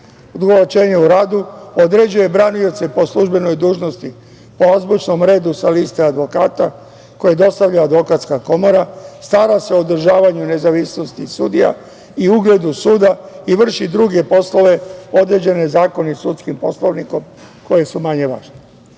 broja predmeta, određuje branioce po službenoj dužnosti po azbučnom redu sa liste advokata koje dostavlja Advokatska komora, stara se o održavanju nezavisnosti sudija i ugledu suda i vrši druge poslove određene zakonom i sudskim poslovnikom koje su manje važne. Kao